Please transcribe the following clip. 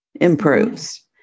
improves